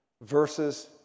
verses